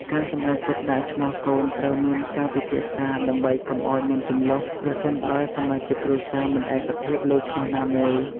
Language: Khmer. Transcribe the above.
ការសម្រេចចិត្តដាក់ឈ្មោះកូនត្រូវមានការពិភាក្សា ដើម្បីកុំអោយមានជម្លោះ ប្រសិនបើសមាជិកគ្រួសារមិនឯកភាពលើឈ្មោះណាមួយ។